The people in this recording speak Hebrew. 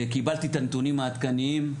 קיבלתי את הנתונים העדכניים,